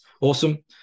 awesome